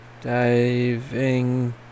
diving